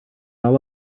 all